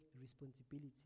responsibility